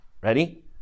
Ready